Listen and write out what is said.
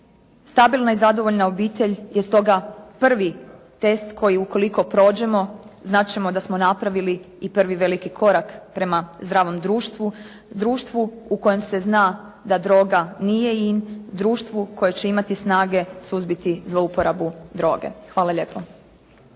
Stabilna i zadovoljna obitelj je prvi test koji ukoliko prođemo znat ćemo da smo napravili prvi veliki korak prema društvu, u kojem se zna da droga nije in, društvu koje će imati snage suzbiti zlouporabu droge. Hvala lijepo.